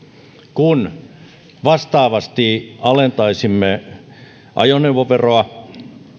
kun vastaavasti alentaisimme ajoneuvoveroa